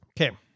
okay